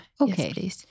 Okay